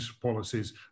policies